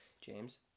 James